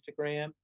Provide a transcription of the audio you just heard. Instagram